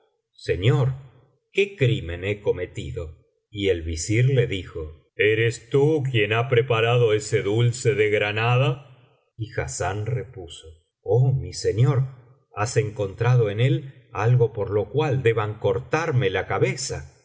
señor qué crimen he cometido y el visir le dijo eres tú quien ha preparado ese dulce de granada y hassán repuso oh mi señor has encontrado en él algo por lo cual deban cortarme la cabeza